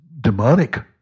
demonic